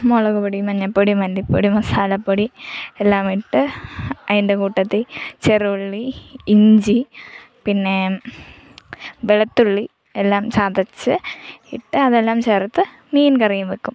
മുളക്പൊടി മഞ്ഞൾപ്പൊടി മല്ലിപ്പൊടി മസാലപ്പൊടി എല്ലാം ഇട്ട് അതിൻ്റെ കൂട്ടത്തിൽ ചെറു ഉള്ളി ഇഞ്ചി പിന്നെ വെളുത്തുള്ളി എല്ലാം ചതച്ച് ഇട്ട് അതെല്ലാം ചേർത്ത് മീൻകറിയും വെയ്ക്കും